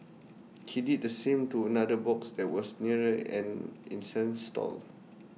he did the same to another box that was near an incense stall